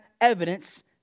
evidence